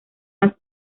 más